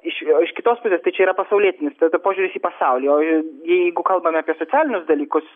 iš o iš kitos pusės tai čia yra pasaulietinis požiūris į pasaulį o jeigu kalbame apie socialinius dalykus